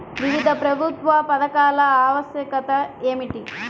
వివిధ ప్రభుత్వ పథకాల ఆవశ్యకత ఏమిటీ?